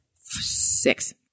Six